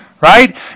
right